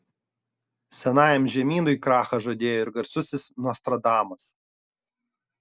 senajam žemynui krachą žadėjo ir garsusis nostradamas